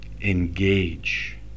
engage